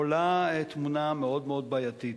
עולה תמונה מאוד מאוד בעייתית.